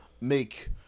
make